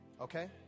Okay